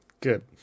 Good